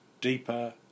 deeper